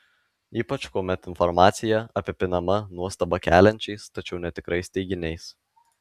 ypač kuomet informacija apipinama nuostabą keliančiais tačiau netikrais teiginiais